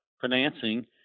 financing